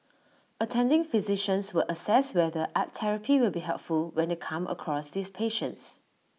attending physicians will assess whether art therapy will be helpful when they come across these patients